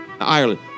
Ireland